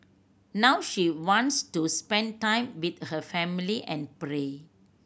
now she wants to spend time with her family and pray